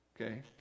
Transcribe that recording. Okay